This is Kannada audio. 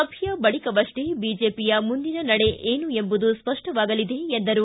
ಸಭೆಯ ಬಳಿಕವಷ್ಟೇ ಬಿಜೆಪಿಯ ಮುಂದಿನ ನಡೆ ಏನು ಎಂಬುದು ಸ್ಪಷ್ಟವಾಗಲಿದೆ ಎಂದರು